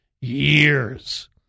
years